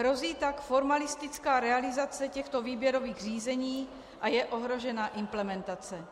Hrozí tak formalistická realizace těchto výběrových řízení a je ohrožena implementace.